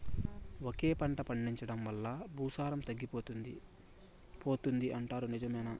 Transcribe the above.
ఒకే పంట పండించడం వల్ల భూసారం తగ్గిపోతుంది పోతుంది అంటారు నిజమేనా